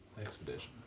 expedition